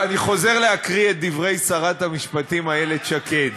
אני חוזר להקריא את דברי שרת המשפטים איילת שקד.